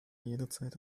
jederzeit